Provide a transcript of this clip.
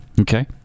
Okay